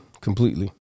completely